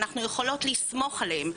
ואנחנו יכולות לסמוך עליהן,